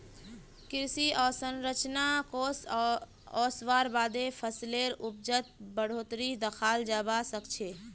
कृषि अवसंरचना कोष ओसवार बादे फसलेर उपजत बढ़ोतरी दखाल जबा सखछे